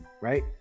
right